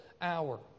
hour